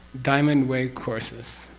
diamond way courses